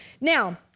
Now